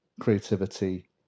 creativity